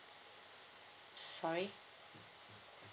sorry